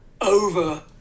over